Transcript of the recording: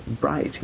bright